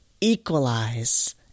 equalize